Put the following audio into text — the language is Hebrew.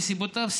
מסיבותיו,